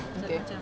okay